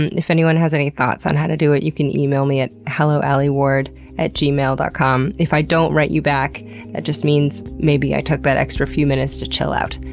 and and if anyone has any thoughts on how to do it, you can email me at helloalieward at gmail dot com if i don't write you back, that just means maybe i took that extra few minutes to chill out,